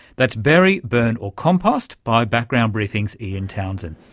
that's bury, burn or compost' by background briefing's ian townsend,